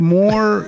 more